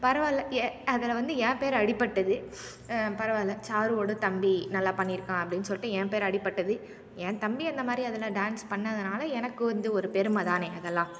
பரவாயில்லை ஏ அதில் வந்து என் பேர் அடிப்பட்டுது பரவாயில்லை சாருவோட தம்பி நல்லா பண்ணியிருக்கான் அப்படின்னு சொல்லிட்டு என் பேர் அடிப்பட்டுது என் தம்பி அந்தமாதிரி அதில் டான்ஸ் பண்ணதனால எனக்கு வந்து ஒரு பெருமை தானே அதெல்லாம்